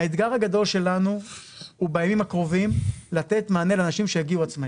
האתגר הגדול שלנו הוא בימים הקרובים לתת מענה לאנשים שיגיעו עצמאית,